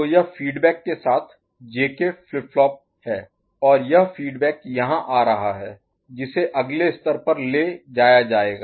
तो यह फीडबैक के साथ JK फ्लिप फ्लॉप है और यह फीडबैक यहां आ रहा है जिसे अगले स्तर पर ले जाया जाएगा